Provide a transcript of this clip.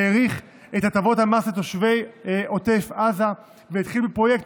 האריך את הטבות המס לתושבי עוטף עזה והתחיל בפרויקט